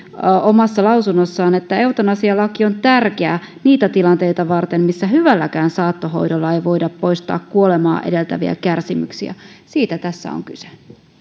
omassa lausunnossaan että eutanasialaki on tärkeä niitä tilanteita varten missä hyvälläkään saattohoidolla ei voida poistaa kuolemaa edeltäviä kärsimyksiä siitä tässä on kyse